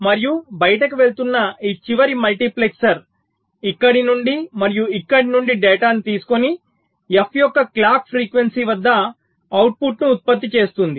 మరియు బయటికి వెళ్తున్న ఈ చివరి మల్టీప్లెక్సర్ ఇక్కడ నుండి మరియు ఇక్కడ నుండి డేటాను తీసుకొని f యొక్క క్లాక్ ఫ్రీక్వెన్సీ వద్ద అవుట్పుట్ను ఉత్పత్తి చేస్తుంది